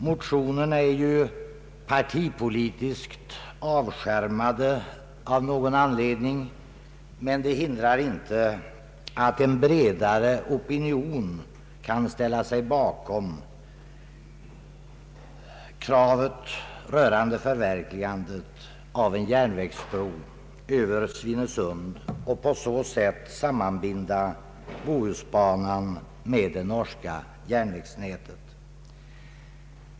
Motionerna är av någon anledning partipolitiskt avskärmade, men detta hindrar inte att en bredare opinion kan ställa sig bakom kravet på ett förverkligande av en järnvägsbro över Svinesund för att på så sätt sammanbinda Bohusbanan med det norska järnvägsnätet.